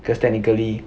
because technically